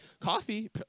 coffee